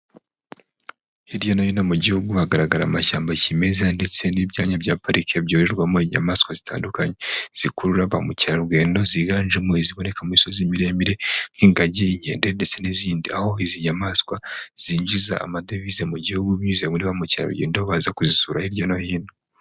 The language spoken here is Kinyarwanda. Hirya no hino mu gihugu hagaragara amashyamba kimeza, ndetse n'ibyanya bya pariki byororerwamo inyamaswa zitandukanye zikurura ba mukerarugendo, ziganjemo iziboneka mu misozi miremire, nk'ingagi, inkende, ndetse n'izindi, aho izi nyamaswa zinjiza amadevize mu gihugu binyuze muri ba mukerarugendo baza kuzisura hirya no hino.